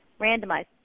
randomized